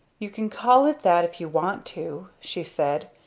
you can call it that if you want to, she said,